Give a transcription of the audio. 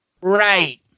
Right